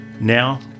Now